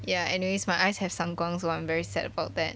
ya anyway my eyes have 散光 so I'm very sad about that